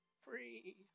Free